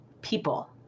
people